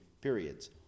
periods